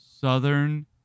Southern